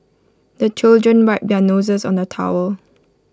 the children wipe their noses on the towel